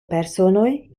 personoj